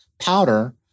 powder